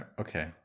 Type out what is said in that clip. Okay